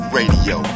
Radio